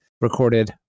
recorded